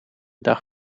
dag